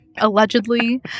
allegedly